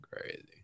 crazy